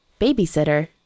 babysitter